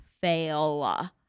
fail